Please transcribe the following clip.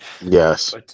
yes